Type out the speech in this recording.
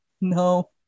no